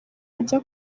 ajya